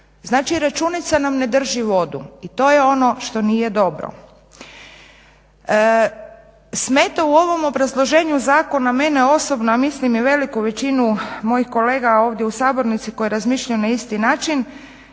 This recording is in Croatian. Znači računica nam ne drži vodu, i to je ono što nije dobro. Smeta u ovom obrazloženju zakona mene osobno, a mislim i veliku većinu mojih kolega ovdje u sabornici koji razmišljaju na isti način,